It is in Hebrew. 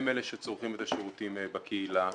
הם אלה שצורכים את השירותים בקהילה,